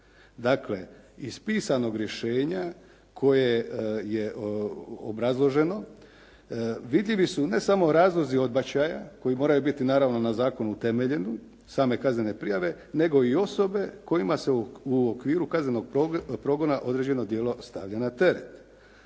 Dakle iz pisanog rješenja koje je obrazloženo, vidljivi su ne samo razlozi odbačaja koji moraju biti naravno na zakonu utemeljene same kaznene prijave nego i osobe kojima se u okviru kaznenog progona određeno djelo stavlja na teret.